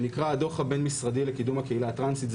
שנקרא הדו"ח הבין משרדי לקידום הקהילה הטרנסית.